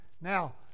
Now